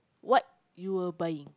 what you will buy